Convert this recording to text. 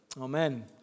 Amen